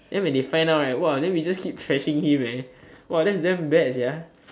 then when they find out right !wah! then we just keep trashing him eh !wah! that's damn bad sia